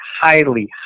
highly